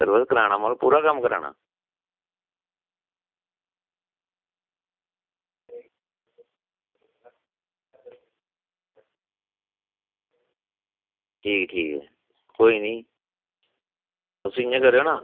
कदूं तक करानां मतलव पूरा कम्म करानां ठीक ऐ ठीक ऐ कोई नी तुस इयां करेओ ना